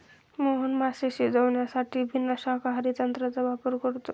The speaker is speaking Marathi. मोहन मासे शिजवण्यासाठी विनाशकारी तंत्राचा वापर करतो